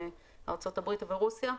ארצות הברית ורוסיה,